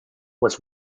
was